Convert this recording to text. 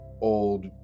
old